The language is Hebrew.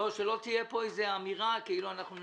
שלא תהיה פה איזו אמירה כאילו אנחנו מתנגדים.